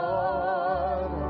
Lord